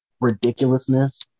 ridiculousness